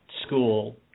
school